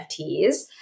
nfts